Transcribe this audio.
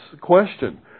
question